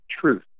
truth